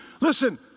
Listen